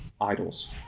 idols